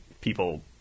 people –